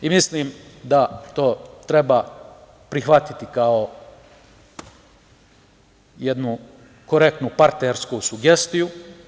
Mislim da to treba prihvatiti kao jednu korektnu partnersku sugestiju.